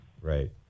right